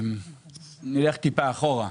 נלך טיפה אחורה.